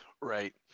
right